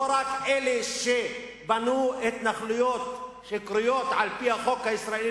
לא רק אלה שבנו התנחלויות שקרויות על-פי החוק הישראלי